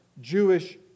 Jewish